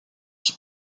qui